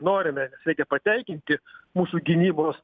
norime patenkinti mūsų gynybos